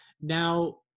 Now